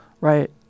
Right